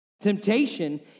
Temptation